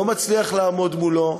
לא מצליח לעמוד מולו.